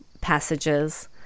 passages